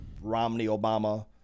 Romney-Obama